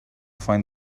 find